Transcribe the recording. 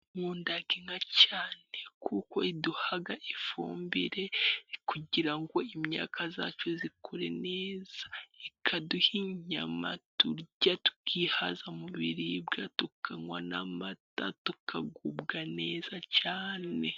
Nkunda inka cyane kuko iduha ifumbire kugira ngo imyaka yacu ikure neza, ikaduha inyama turya tukihaza mu biribwa tukanywa n'amata tukagubwa neza cyane.